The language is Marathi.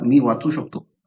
आता मी वाचू शकतो